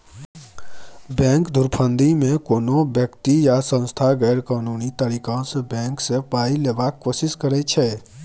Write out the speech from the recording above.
bank धुरफंदीमे कोनो बेकती या सँस्था गैरकानूनी तरीकासँ बैंक सँ पाइ लेबाक कोशिश करै छै